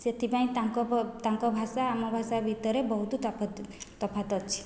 ସେଥିପାଇଁ ତାଙ୍କ ଭାଷା ଆମ ଭାଷା ଭିତରେ ବହୁତ ତଫାତ ଅଛି